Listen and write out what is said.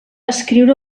escriure